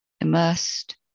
Immersed